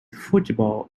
football